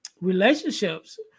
relationships